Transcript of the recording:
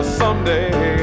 someday